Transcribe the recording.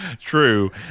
true